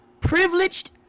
privileged